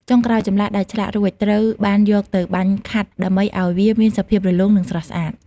ចុងក្រោយ ចម្លាក់ដែលឆ្លាក់រួចត្រូវបានយកទៅបាញ់ខាត់ ដើម្បីឱ្យវាមានសភាពរលោង និងស្រស់ស្អាត។